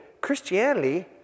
Christianity